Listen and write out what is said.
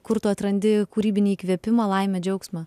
kur tu atrandi kūrybinį įkvėpimą laimę džiaugsmą